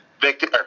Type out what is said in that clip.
Victor